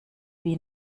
wie